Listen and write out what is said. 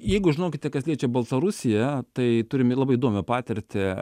jeigu žinokite kas liečia baltarusiją tai turim labai įdomią patirtį